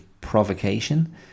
provocation